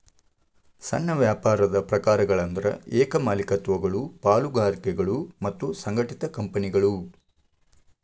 ಸಣ್ಣ ವ್ಯಾಪಾರದ ಪ್ರಕಾರಗಳಂದ್ರ ಏಕ ಮಾಲೇಕತ್ವಗಳು ಪಾಲುದಾರಿಕೆಗಳು ಮತ್ತ ಸಂಘಟಿತ ಕಂಪನಿಗಳು